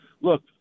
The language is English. look